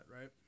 right